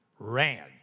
ran